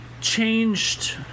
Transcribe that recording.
changed